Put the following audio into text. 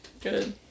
Good